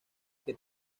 que